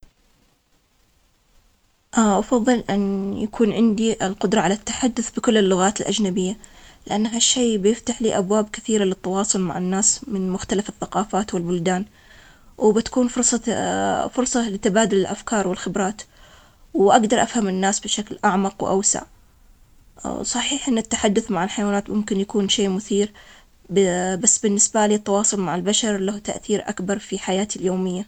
أفضل أن يكون عندي القدرة على التحدث بكل اللغات الأجنبية لأن هالشي بيفتح لي أبواب كثيرة للتواصل مع الناس من مختلف الثقافات والبلدان، وبتكون فرصة، فرصة لتبادل الأفكار والخبرات، وأقدر. أفهم الناس بشكل أعمق وأوسع. صحيح، أنه التحدث مع الحيوانات ممكن يكون شيء مثير ب، بس بالنسبة لي التواصل مع البشر له تأثير أكبر في حياتي اليومية.